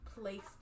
placed